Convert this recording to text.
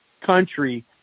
country